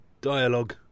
Dialogue